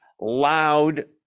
loud